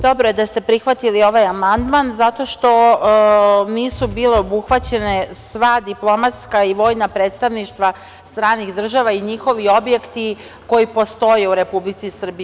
Dobro je da ste prihvatili ovaj amandman zato što nisu bile obuhvaćena sva diplomatska i vojna predstavništva stranih država i njihovi objekti postoje u Republici Srbiji.